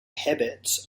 habits